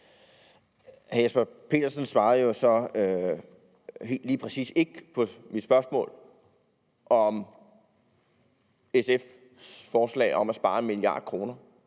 Hr. Jesper Petersen svarede så lige præcis ikke på mit spørgsmål om SF's forslag om at spare 1 mia. kr.